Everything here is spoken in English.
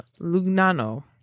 Lugnano